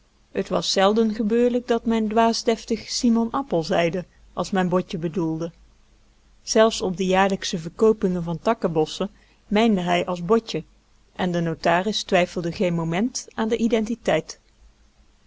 het was zelden gebeurlijk dat men dwaas deftig simon appel zeide als men botje bedoelde zelfs op de jaarlijksche verkoopingen van takkenbossen mijnde hij als b o t j e en de notaris twijfelde geen moment aan de identiteit